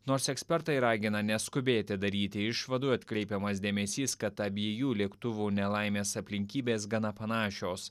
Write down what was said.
nors ekspertai ragina neskubėti daryti išvadų atkreipiamas dėmesys kad abiejų lėktuvų nelaimės aplinkybės gana panašios